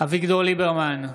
אביגדור ליברמן,